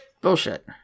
Bullshit